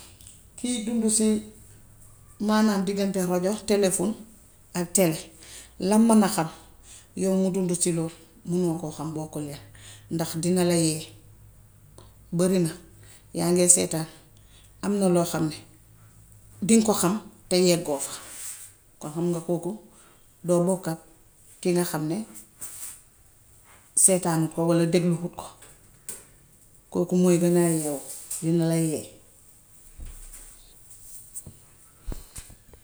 Kiy dundu si maanaam diggante rajo telefon ak tele lam man a xam, yaw mi dundul si loolu munoo ko xam. Bokkuleen. Ndax dina la yee, barina yaa ngee seetaan. Am na loo xam ne diŋ ko xam, te yeggoo fa. kon ham nga koo ku doo bokkak ki nga xam ne seetaanu ko walla dégluwut ko. Kooku mooy gënaa yewwu. Dina la yee.